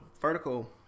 vertical